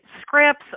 scripts